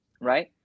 right